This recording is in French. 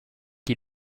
qui